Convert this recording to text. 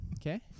Okay